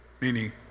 Meaning